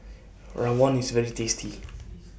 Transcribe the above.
Rawon IS very tasty